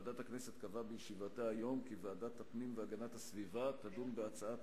ועדת הכנסת קבעה בישיבתה היום כי ועדת הפנים והגנת הסביבה תדון בהצעת